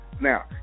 Now